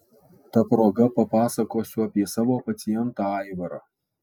ta proga papasakosiu apie savo pacientą aivarą